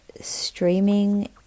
Streaming